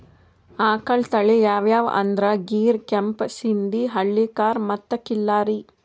ಆಕಳ್ ತಳಿ ಯಾವ್ಯಾವ್ ಅಂದ್ರ ಗೀರ್, ಕೆಂಪ್ ಸಿಂಧಿ, ಹಳ್ಳಿಕಾರ್ ಮತ್ತ್ ಖಿಲ್ಲಾರಿ